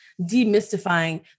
demystifying